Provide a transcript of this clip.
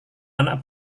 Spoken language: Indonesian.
anak